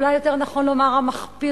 אולי יותר נכון לומר המחפירים,